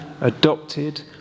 adopted